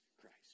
Christ